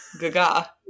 Gaga